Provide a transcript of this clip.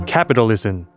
Capitalism